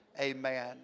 amen